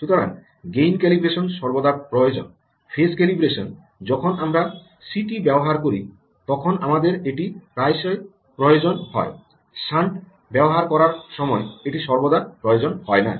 সুতরাং gain calibration সর্বদা প্রয়োজন ফেজ ক্যালিব্রেশন যখন আমরা সিটি ব্যবহার করি তখন আমাদের এটি প্রায়শই প্রয়োজন এবং শান্ট ব্যবহার করার সময় এটি সর্বদা প্রয়োজন হয় না